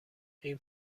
این